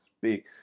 big